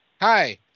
Hi